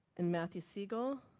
and matthew siegel,